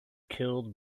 killed